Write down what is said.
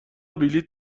بلیط